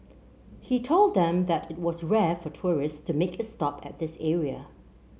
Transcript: he told them that it was rare for tourist to make a stop at this area